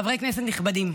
חברי כנסת נכבדים,